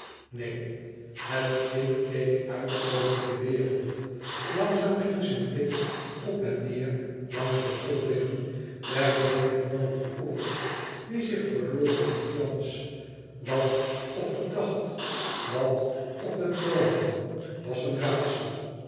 neen het kind keek uit over de wereld langzaam ging zijn blik op en neêr langs de golvingen der bekervormige oevers die zich verloren in glans wat of het dacht wat of het droomde was een raadsel